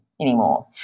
anymore